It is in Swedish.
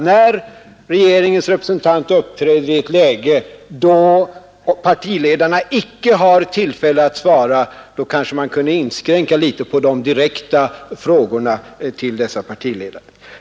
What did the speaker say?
När regeringspartiets företrädare yttrar sig i ett läge då partiledarna inte har tillfälle att svara kanske man kunde inskränka litet på de direkta frågorna till dessa partiledare.